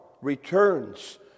returns